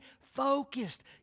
focused